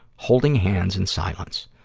holding hands in silence.